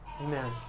amen